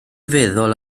feddwl